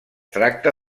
tracta